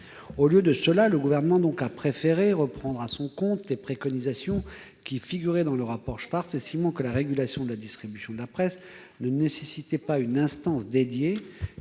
Au lieu de cela, le Gouvernement a préféré reprendre à son compte les préconisations qui figuraient dans le rapport Schwartz, estimant que la régulation de la distribution de la presse ne nécessitait pas une instance dédiée,